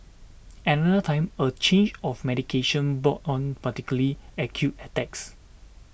another time a change of medication brought on particularly acute attacks